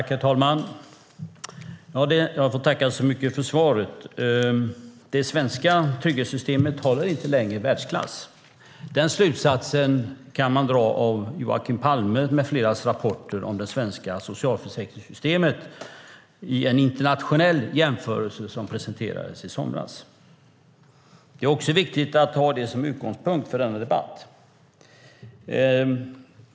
Herr talman! Jag tackar så mycket för svaret. Det svenska trygghetssystemet håller inte längre världsklass. Den slutsatsen kan man dra av Joakim Palmes med fleras rapporter som presenterades i somras om det svenska socialförsäkringssystemet i en internationell jämförelse. Det är viktigt att ha det som utgångspunkt för denna debatt.